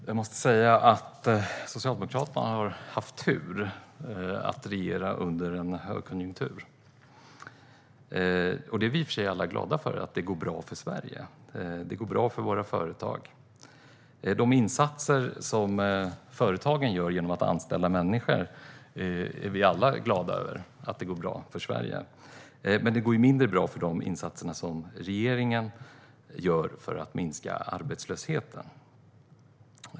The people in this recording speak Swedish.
Herr talman! Jag måste säga att Socialdemokraterna har haft turen att regera under en högkonjunktur, och vi är i och för sig alla glada för att det går bra för Sverige. Det går bra för våra företag. De insatser som företagen gör genom att anställa människor är vi alla glada över, och de är bra för Sverige. Men det går mindre bra med de insatser som regeringen gör för att minska arbetslösheten.